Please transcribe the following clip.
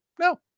No